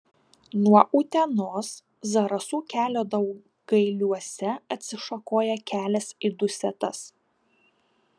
nuo utenos zarasų kelio daugailiuose atsišakoja kelias į dusetas